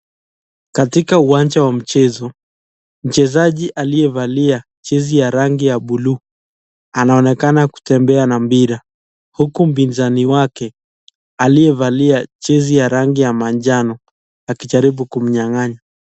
Katika uwanja wa Michezo, mchezaji aliyevalia jezi ya rangi ya (cs)blue(cs) anaonekana kutembea na mpira, huku mpinizani wake, aliyevalia jezi ya rangi ya majano aki jaribu kumnyanganya.